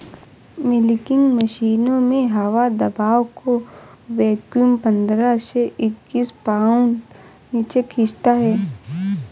milking मशीनों में हवा दबाव को वैक्यूम पंद्रह से इक्कीस पाउंड नीचे खींचता है